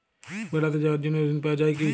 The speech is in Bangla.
বেড়াতে যাওয়ার জন্য ঋণ পাওয়া যায় কি?